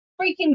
freaking